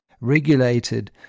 regulated